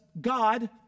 God